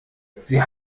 sie